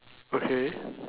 okay